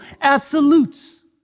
absolutes